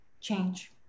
change